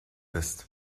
ist